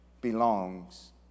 belongs